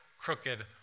crooked